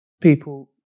people